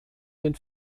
den